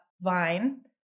vine